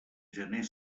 gener